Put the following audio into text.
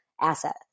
asset